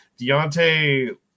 Deontay